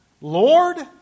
Lord